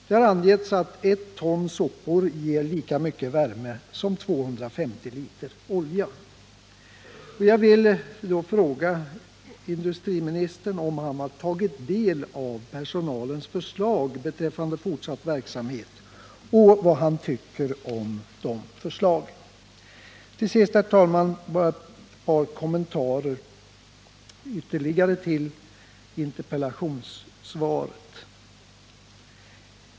Det har angetts att ett ton sopor ger lika mycket värme som 250 1 olja. Har industriministern tagit del av personalens förslag beträffande fortsatt verksamhet, och vad anser industriministern om de förslagen? Till sist, herr talman, bara ytterligare ett par kommentarer med anledning av interpellationssvaret.